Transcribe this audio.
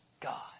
God